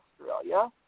Australia